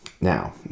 Now